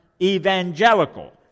evangelical